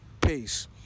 Peace